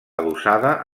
adossada